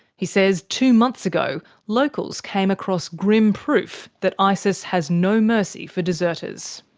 he says two months ago, locals came across grim proof that isis has no mercy for deserters.